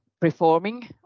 performing